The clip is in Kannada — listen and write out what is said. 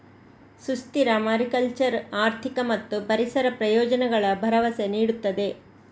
ಸುಸ್ಥಿರ ಮಾರಿಕಲ್ಚರ್ ಆರ್ಥಿಕ ಮತ್ತು ಪರಿಸರ ಪ್ರಯೋಜನಗಳ ಭರವಸೆ ನೀಡುತ್ತದೆ